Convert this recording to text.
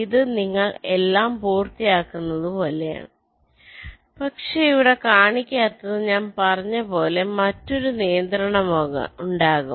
ഇത് നിങ്ങൾ എല്ലാം പൂർത്തിയാക്കുന്നതുപോലെയാണ് പക്ഷേ ഇവിടെ കാണിക്കാത്തത് ഞാൻ പറഞ്ഞതുപോലെ മറ്റൊരു നിയന്ത്രണമുണ്ടാകാം